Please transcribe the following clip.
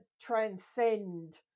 transcend